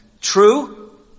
True